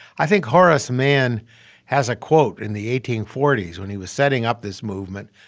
i think horace mann has a quote in the eighteen forty s when he was setting up this movement.